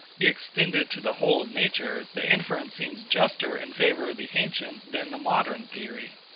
be extended to the whole of nature, the inference seems juster in favour of the ancient than the modern theory.